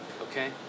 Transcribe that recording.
Okay